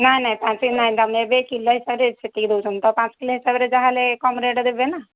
ନା ନାଇ ତାଙ୍କେ ନା ତୁମେ ଏବେ କିଲୋ ହିସାବରେ ସେତିକି ଦେଉଛନ୍ତି ତ ପାଞ୍ଚ କିଲୋ ହିସାବରେ ଯାହା ହେଲେ କମ୍ ରେଟ୍ରେ ଦେବେ ନା